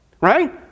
right